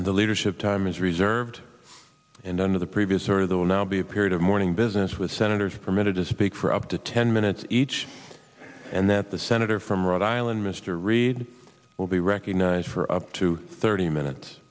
kentucky the leadership time is reserved and under the previous order the will now be a period of morning business with senators permitted to speak for up to ten minutes each and that the senator from rhode island mr reid will be recognized for up to thirty minutes